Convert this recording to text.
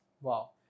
Wow